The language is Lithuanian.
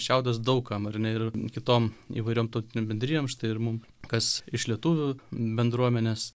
šiaudas daug kam ar ne ir kitom įvairiom tautinėm bendrijom štai ir mum kas iš lietuvių bendruomenės